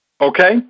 Okay